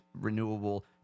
renewable